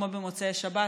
כמו במוצאי שבת,